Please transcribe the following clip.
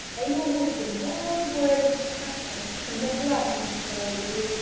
abel whispered wild words of passion and delight into sarah's ears,